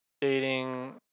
dating